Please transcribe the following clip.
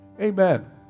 Amen